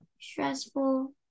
stressful